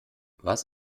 was